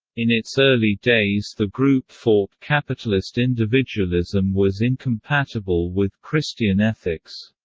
in its early days the group thought capitalist individualism was incompatible with christian ethics.